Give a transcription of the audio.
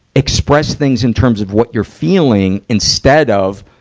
express things in terms of what you're feeling instead of,